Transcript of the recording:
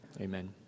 amen